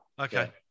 Okay